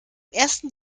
ersten